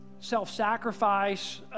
self-sacrifice